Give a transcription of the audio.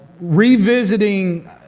revisiting